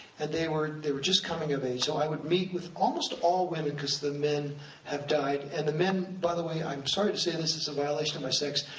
and they were they were just coming of age, so i would meet with almost all women, cause the men have died. and the men, by the way, i'm sorry to say this, it's a violation of my sex,